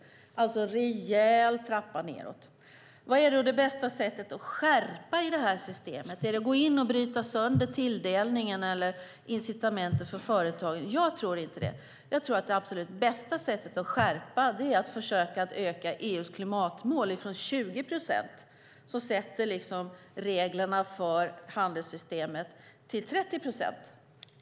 Det är alltså en rejäl nedtrappning. Vad är då det bästa sättet att skärpa det här systemet? Är det att gå in och bryta sönder tilldelningen eller incitamenten för företagen? Jag tror inte det. Jag tror att det absolut bästa sättet att skärpa systemet är att försöka öka EU:s klimatmål från 20 procent som sätter reglerna för handelssystemet till 30 procent.